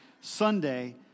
Sunday